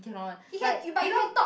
cannot one like you know